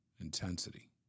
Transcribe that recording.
intensity